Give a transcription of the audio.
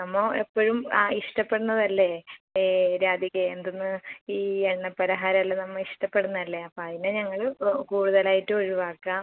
നമ്മൾ എപ്പോഴും ആ ഇഷ്ടപ്പെടുന്നത് അല്ലെ രാധികേ എന്തുന്ന് ഈ എണ്ണ പലഹാരമെല്ലാം നമ്മൾ ഇഷ്ടപ്പെടുന്നതല്ലേ അപ്പോൾ അതിനെ ഞങ്ങൾ കൂടുതലായിട്ടു ഒഴിവാക്കാം